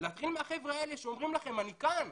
להתחיל מהחבר'ה האלה שאומרים לכם: אני כאן,